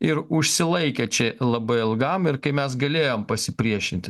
ir užsilaikė čia labai ilgam ir kai mes galėjom pasipriešinti